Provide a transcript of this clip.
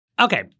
Okay